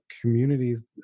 communities